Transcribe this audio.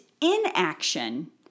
inaction